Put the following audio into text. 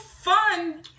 fun